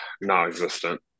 non-existent